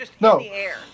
no